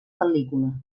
pel·lícula